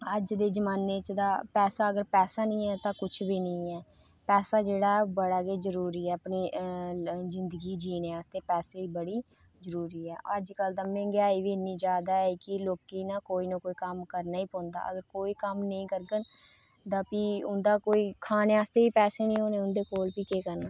ते अज्ज दे जमानै च अगर पैसा निं ऐ ते कुछ बी निं ऐ पैसा जेह्ड़ा ऐ बड़ा गै जरूरी ऐ अपनी जिंदगी जीने आस्तै ते पैसा बड़ा जरूरी ऐ अजकल महंगाई बी इन्नी जादा ऐ की लोकें गी कोई ना कोई कम्म करना ई पौंदा ऐ ते कोई कम्म नेईं करङन तां भी उंदे कोल खाने आस्तै बी पैसे निं होने उंदे कोल केह् करना